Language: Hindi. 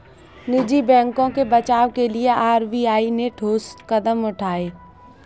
निजी बैंकों के बचाव के लिए आर.बी.आई ने ठोस कदम उठाए